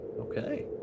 Okay